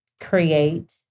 create